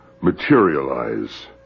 materialize